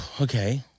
okay